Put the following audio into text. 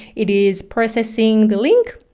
it is processing the link